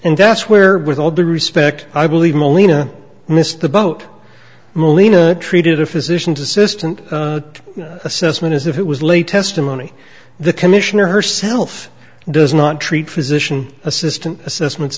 and that's where with all due respect i believe molina missed the boat molina treated a physician's assistant assessment as if it was late testimony the commissioner herself does not treat physician assistant assessments